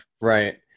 Right